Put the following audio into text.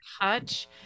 touch